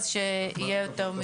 אז שיהיה יותר משלושה סוגים.